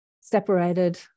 separated